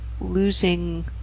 losing